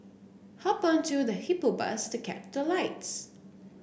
hop onto the Hippo Bus to catch the lights